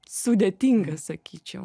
sudėtinga sakyčiau